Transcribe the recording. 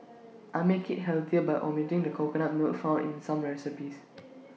I make IT healthier by omitting the coconut milk found in some recipes